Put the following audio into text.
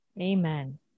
Amen